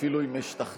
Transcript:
אפילו אם אשתכנע,